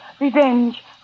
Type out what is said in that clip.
revenge